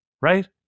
Right